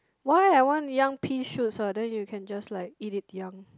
why I want young pea shoots !wah! then you can just like eat it young